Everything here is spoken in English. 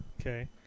Okay